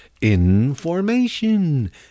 information